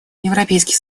европейский